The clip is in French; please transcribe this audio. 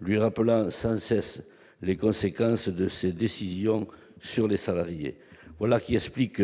lui rappelant sans cesse les conséquences de ses décisions sur les salariés. Voilà qui explique